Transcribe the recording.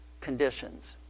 conditions